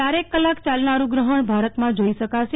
ચારેક કલાક ચાલનારું ગ્રહણ ભારતમાં જોઈ શકાશે